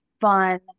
fun